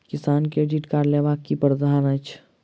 किसान credit card लेबाक की प्रावधान छै?